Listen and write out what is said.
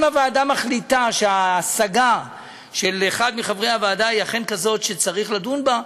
אם הוועדה מחליטה שההשגה של חבר הוועדה היא אכן כזאת שצריך לדון בה,